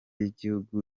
yigihugu